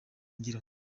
ngiro